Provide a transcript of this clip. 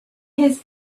his